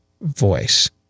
voice